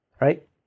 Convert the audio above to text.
right